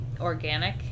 organic